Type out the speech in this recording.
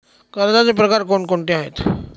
कर्जाचे प्रकार कोणकोणते आहेत?